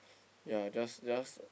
ya just just